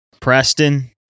Preston